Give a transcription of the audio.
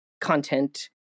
content